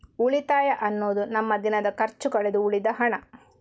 ಉಳಿತಾಯ ಅನ್ನುದು ನಮ್ಮ ದಿನದ ಖರ್ಚು ಕಳೆದು ಉಳಿದ ಹಣ